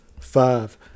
five